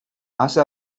hace